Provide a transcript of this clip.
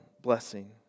blessing